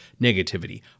negativity